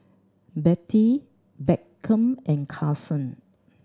Bettye Beckham and Karson